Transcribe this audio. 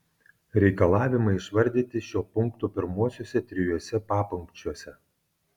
reikalavimai išvardyti šio punkto pirmuosiuose trijuose papunkčiuose